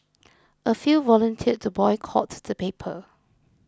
a few volunteered to boycott the paper